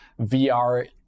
VR